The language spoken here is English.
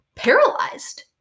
paralyzed